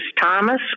Thomas